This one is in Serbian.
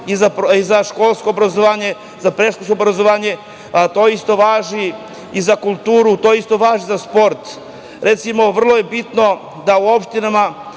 i za školsko obrazovanje, za predškolsko obrazovanje. To isto važi i za kulturu, to isto važi i za sport. Recimo, vrlo je bitno da se u takvim